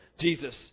Jesus